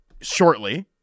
shortly